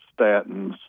statins